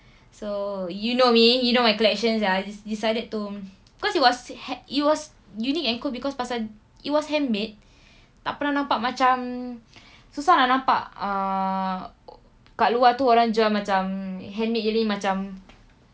so you know me you know my collections I just decided to cause it was it was unique and cool because pasal it was handmade tak pernah nampak macam susah nak nampak ah kat luar tu orang jual macam handmade earring macam